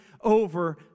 over